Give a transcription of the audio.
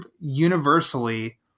universally